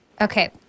Okay